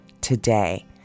today